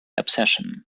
obsession